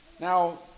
Now